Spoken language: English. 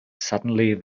suddenly